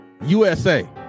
USA